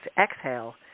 exhale